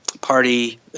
party